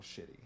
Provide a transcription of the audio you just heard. shitty